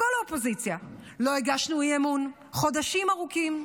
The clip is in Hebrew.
כל האופוזיציה, לא הגשנו אי-אמון חודשים ארוכים,